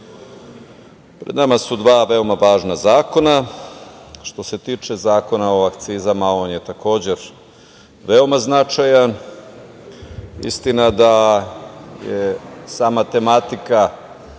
pred nama su dva veoma važna zakona. Što se tiče Zakona o akcizama, on je takođe veoma značajan. Istina da je sama tematika